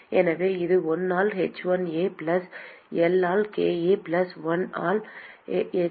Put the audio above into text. எனவே இது 1 ஆல் h1A பிளஸ் L ஆல் கேஏ பிளஸ் 1 ஆல் எச்2 ஆல் A